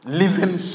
living